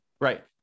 Right